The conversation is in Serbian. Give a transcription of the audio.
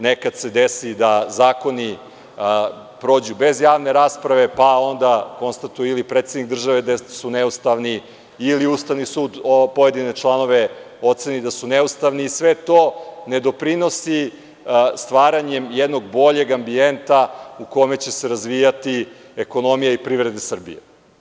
Nekada se desi da zakoni prođu bez javne rasprave, pa onda konstatuje ili predsednik države da su neustavni, ili Ustavni sud pojedine članove oceni da su neustavni i sve to ne doprinosi stvaranje jednog boljeg ambijenta u kome će se razvijati ekonomija i privreda Srbije.